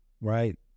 right